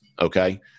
Okay